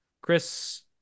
Chris